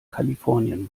kalifornien